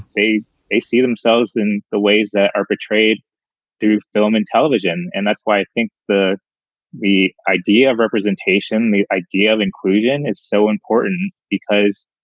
they see themselves in the ways that are betrayed through film and television. and that's why i think the the idea of representation, the idea of inclusion is so important because,